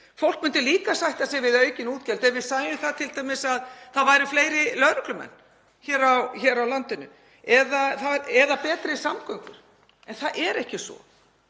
Fólk myndi líka sætta sig við aukin útgjöld ef það fyndi t.d. að það væru fleiri lögreglumenn hér á landinu eða betri samgöngur. En það er ekki svo.